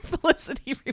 Felicity